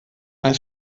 ein